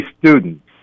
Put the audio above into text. students